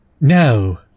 No